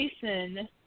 Jason